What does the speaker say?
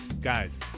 guys